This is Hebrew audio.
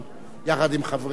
יחד עם חבריך האחרים.